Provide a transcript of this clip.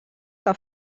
que